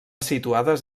situades